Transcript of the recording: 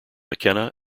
mckenna